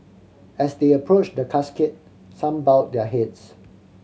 as they approached the casket some bowed their heads